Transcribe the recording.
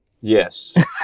Yes